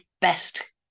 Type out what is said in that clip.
best